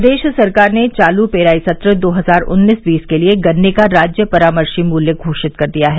प्रदेश सरकार ने चालू पेराई सत्र दो हजार उन्नीस बीस के लिये गन्ने का राज्य परामर्शी मूल्य घोषित कर दिया है